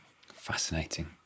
Fascinating